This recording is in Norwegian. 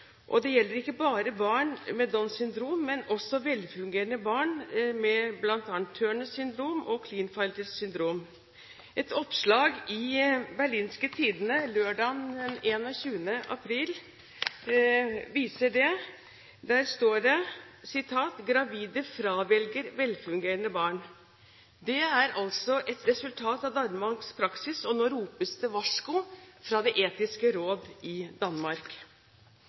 Det gjelder ikke bare barn med Downs syndrom, men også velfungerende barn med bl.a. Turner syndrom og Klinefelters syndrom. Et oppslag i Berlingske Tidende lørdag 21. april viser det. Der står det: «Gravide fravælger velfungerende børn.» Det er altså et resultat av Danmarks praksis, og nå ropes det varsko fra Det Etiske Råd i Danmark.